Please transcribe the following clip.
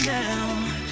now